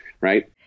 right